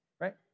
right